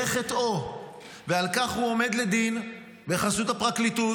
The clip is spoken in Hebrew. זה חטאו, ועל כך הוא עומד לדין בחסות הפרקליטות,